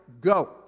Go